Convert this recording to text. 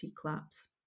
collapse